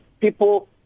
People